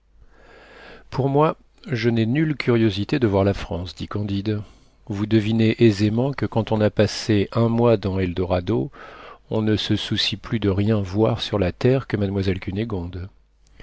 pour moi je n'ai nulle curiosité de voir la france dit candide vous devinez aisément que quand on a passé un mois dans eldorado on ne se soucie plus de rien voir sur la terre que mademoiselle